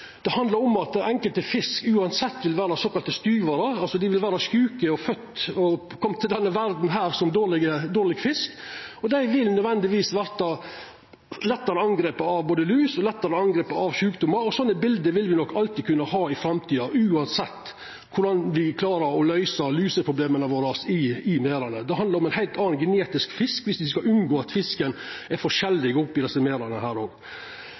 Det handlar om at enkelte fiskar uansett vil vera såkalla sturarar, altså dei vil vera sjuke, dei har kome til denne verda som dårleg fisk, og dei vil nødvendigvis verta lettare angripne av lus, lettare angripne av sjukdommar. Slike bilde vil me nok alltid kunna ha i framtida uansett korleis ein klarer å løysa lusproblema i merdane våre. Det handlar om ein heilt annan genetisk fisk om ein skal unngå at fisken er forskjellig i desse